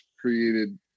created